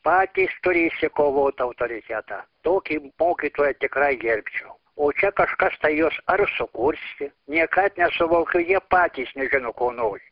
patys turi išsikovot autoritetą tokį mokytoją tikrai gerbčiau o čia kažkas tai juos ar sukurstė niekaip nesuvokiu jie patys nežino ko nori